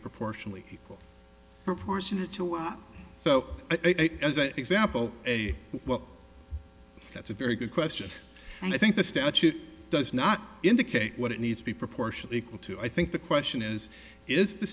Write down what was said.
proportionally proportionate to wow so as an example a well that's a very good question and i think the statute does not indicate what it needs to be proportionally equal to i think the question is is the